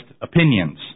opinions